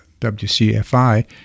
WCFI